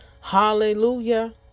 Hallelujah